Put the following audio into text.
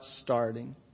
starting